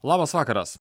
labas vakaras